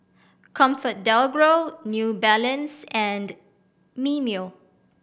ComfortDelGro New Balance and Mimeo